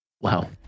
Wow